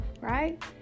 right